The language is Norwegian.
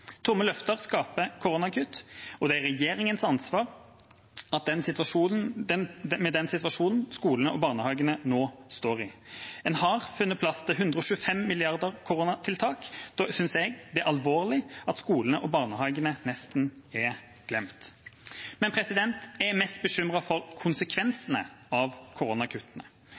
Tomme løfter skaper koronakutt, og den situasjonen som skolene og barnehagene nå står i, er regjeringas ansvar. En har funnet plass til 125 mrd. kr i koronatiltak. Da synes jeg det er alvorlig at skolene og barnehagene nesten er glemt. Men jeg er mest bekymret for konsekvensene av koronakuttene.